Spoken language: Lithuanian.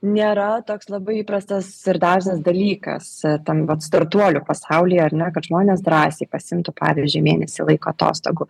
nėra toks labai įprastas ir dažnas dalykas tam vat startuolių pasauly ar ne žmonės drąsiai pasiimtų pavyzdžiui mėnesį laiko atostogų